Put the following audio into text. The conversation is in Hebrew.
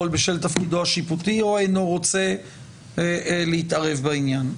בשל תפקידו השיפוטי או אינו רוצה להתערב בעניין.